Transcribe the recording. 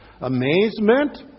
amazement